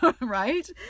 right